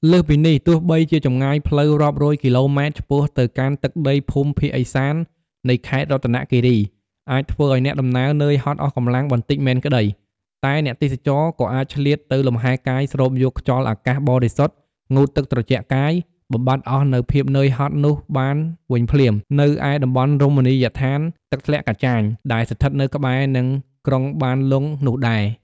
លើសពីនេះ ទោះបីជាចម្ងាយផ្លូវរាប់រយគីឡូម៉ែតឆ្ពោះទៅកាន់ទឹកដីភូមិភាគឦសាននៃខេត្តរតនគិរី អាចធ្វើឲ្យអ្នកដំណើរនឿយហត់អស់កម្លាំងបន្តិចមែនក្តី តែអ្នកទេសចរក៏អាចឆ្លៀតទៅលម្ហែកាយស្រូបយកខ្យល់អាកាសបរិសុទ្ធ ងូតទឹកត្រជាក់កាយ បំបាត់អស់នូវភាពនឿយហត់នោះបានវិញភ្លាម នៅឯតំបន់រមណីយដ្ឋានទឹកធ្លាក់កាចាញ ដែលស្ថិតនៅក្បែរនឹងក្រុងបានលុងនោះដែរ។